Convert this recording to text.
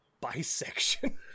bisection